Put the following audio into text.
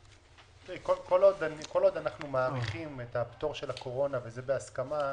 כל עוד אנחנו מאריכים את הפטור של הקורונה וזה בהסכמה,